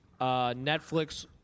Netflix